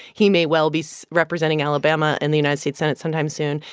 he may well be representing alabama in the united states senate sometime soon.